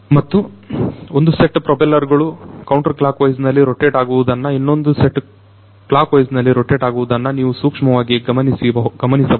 ಮತ್ತು ಒಂದು set propeller counterclockwise wise ನಲ್ಲಿ ರೋಟೆಟ್ ಆಗುವುದನ್ನು ಇನ್ನೊಂದು ಸೆಟ್ ಕ್ಲಾಕ್ ವೈಸ್ ನಲ್ಲಿ ರೋಟೆಟ್ ಆಗುವುದನ್ನು ನೀವು ಸೂಕ್ಷ್ಮವಾಗಿ ಗಮನಿಸಬಹುದು